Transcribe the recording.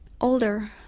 older